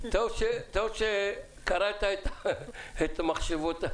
טוב שקראת את המחשבות.